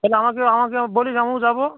তাহলে আমাকেও আমাকেও বলিস আমিও যাব